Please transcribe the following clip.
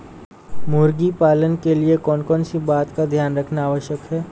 मुर्गी पालन के लिए कौन कौन सी बातों का ध्यान रखना आवश्यक है?